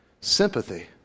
Sympathy